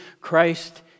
Christ